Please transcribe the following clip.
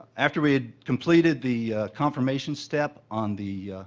after we had completed the confirmation step on the